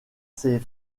ses